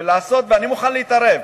ואני מוכן להתערב